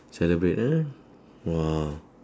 celebrate ah !wah!